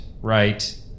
right